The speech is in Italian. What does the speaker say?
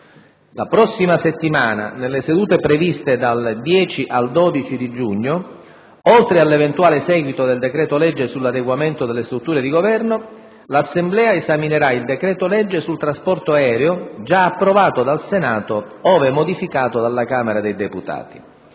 La prossima settimana, nelle sedute previste dal 10 al 12 giugno, oltre all'eventuale seguito del decreto-legge sull'adeguamento delle strutture di Governo, 1'Assemblea esaminerà il decreto-legge sul trasporto aereo, già approvato dal Senato, ove modificato dalla Camera dei deputati;